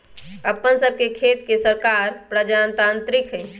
अप्पन सभके देश के सरकार प्रजातान्त्रिक हइ